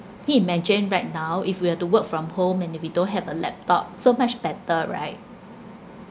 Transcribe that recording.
can you imagine right now if we were to work from home and if we don't have a laptop so much better right